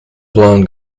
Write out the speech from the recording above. blonde